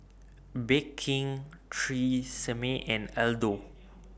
Bake King Tresemme and Aldo